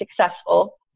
successful